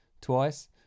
twice